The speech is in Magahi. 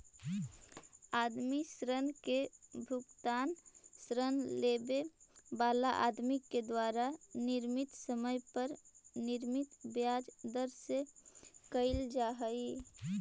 आदमी ऋण के भुगतान ऋण लेवे वाला आदमी के द्वारा निश्चित समय पर निश्चित ब्याज दर से कईल जा हई